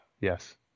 Yes